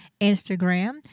Instagram